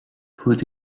put